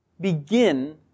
Begin